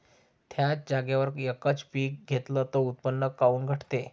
थ्याच जागेवर यकच पीक घेतलं त उत्पन्न काऊन घटते?